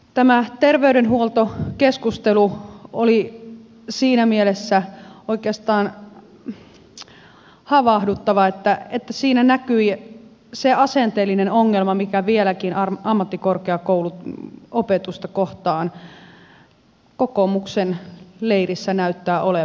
tämä terveydenhuoltokeskustelu oli siinä mielessä oikeastaan havahduttava että siinä näkyi se asenteellinen ongelma mikä vieläkin ammattikorkeakouluopetusta kohtaan kokoomuksen leirissä näyttää olevan